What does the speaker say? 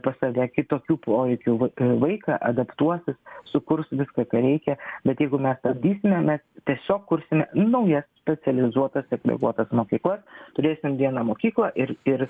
pas save kitokių poreikių vaiką adaptuosis sukurs viską ką reikia bet jeigu mes stabdysime mes tiesiog kursime naujas socializuotas aplikuotas mokyklas turėsime vieną mokyklą ir ir